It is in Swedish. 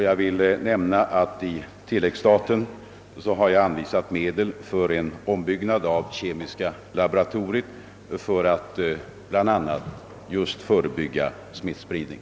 Jag vill nämna att jag i tilläggsstaten har upptagit medel för en utbyggnad av det kemiska laboratoriet bl.a. just för att förebygga smittspridning.